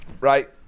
Right